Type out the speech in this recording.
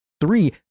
three